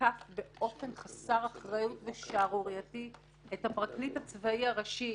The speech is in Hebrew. תקף באופן חסר אחריות ושערורייתי את הפרקליט הצבאי הראשי,